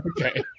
Okay